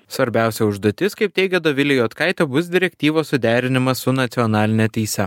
svarbiausia užduotis kaip teigia dovilė juodkaitė bus direktyvos suderinimas su nacionaline teise